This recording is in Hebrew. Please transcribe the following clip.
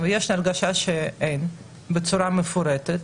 ויש לי הרגשה שאין בצורה מפורטת,